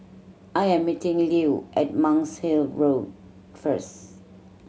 I am meeting Lew at Monk's Hill Road first